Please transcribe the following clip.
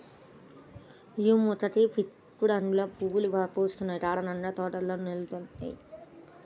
యీ మొక్కకి పింక్ రంగులో పువ్వులు పూస్తున్న కారణంగా తోటల్లో నాటుతున్నారు